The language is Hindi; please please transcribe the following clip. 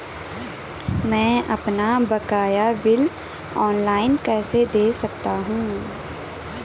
मैं अपना बकाया बिल ऑनलाइन कैसे दें सकता हूँ?